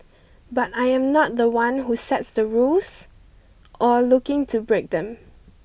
but I am not the one who sets the rules or looking to break them